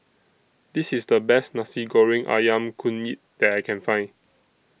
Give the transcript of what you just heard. This IS The Best Nasi Goreng Ayam Kunyit that I Can Find